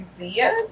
ideas